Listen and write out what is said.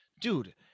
dude